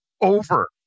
over